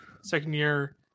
second-year